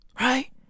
right